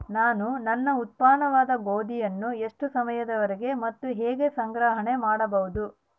ನಾನು ನನ್ನ ಉತ್ಪನ್ನವಾದ ಗೋಧಿಯನ್ನು ಎಷ್ಟು ಸಮಯದವರೆಗೆ ಮತ್ತು ಹೇಗೆ ಸಂಗ್ರಹಣೆ ಮಾಡಬಹುದು?